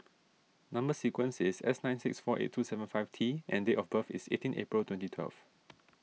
Number Sequence is S nine six four eight two seven five T and date of birth is eighteen April twenty twelve